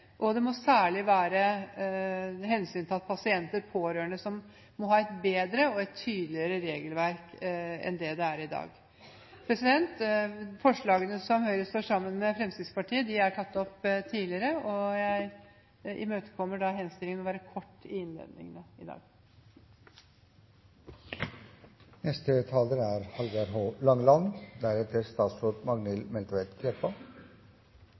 hensyn til at pasienter og pårørende må ha et bedre og et tydeligere regelverk enn det som er i dag. Forslagene som Høyre er sammen med Fremskrittspartiet om, er tatt opp tidligere, og jeg imøtekommer da henstillingen om å være kort i innleggene i